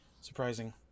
surprising